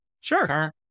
sure